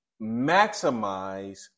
maximize